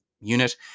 unit